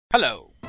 Hello